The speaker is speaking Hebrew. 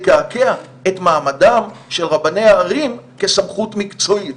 לקעקע את מעמדם של רבני הערים כסמכות מקצועית.